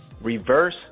reverse